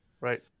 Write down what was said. Right